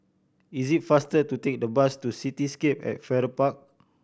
is it faster to take the bus to Cityscape at Farrer Park